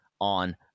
on